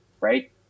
right